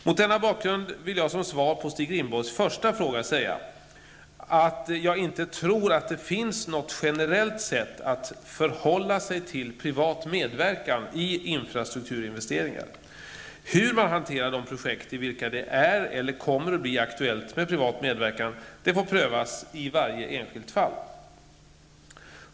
Mot denna bakgrund vill jag som svar på Stig Rindborgs första fråga säga att jag inte tror att det finns något generellt sätt att förhålla sig till privat medverkan i infrastrukturinvesteringar. Hur man hanterar de projekt i vilka det är eller kommer att bli aktuellt med privat medverkan får prövas i varje enskilt fall.